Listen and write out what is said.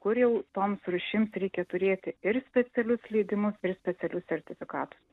kur jau toms rūšims reikia turėti ir specialius leidimus ir specialius sertifikatus